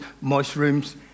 mushrooms